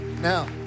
Now